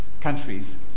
countries